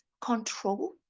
control